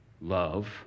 love